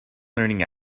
learning